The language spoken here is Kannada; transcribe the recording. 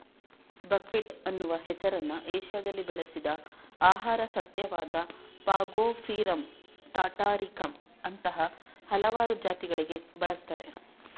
ಬಕ್ವೀಟ್ ಅನ್ನುವ ಹೆಸರನ್ನ ಏಷ್ಯಾದಲ್ಲಿ ಬೆಳೆಸಿದ ಆಹಾರ ಸಸ್ಯವಾದ ಫಾಗೋಪಿರಮ್ ಟಾಟಾರಿಕಮ್ ಅಂತಹ ಹಲವಾರು ಜಾತಿಗಳಿಗೆ ಬಳಸ್ತಾರೆ